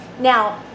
now